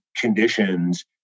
conditions